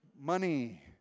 money